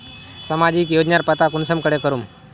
सामाजिक योजनार पता कुंसम करे करूम?